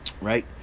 Right